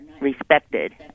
respected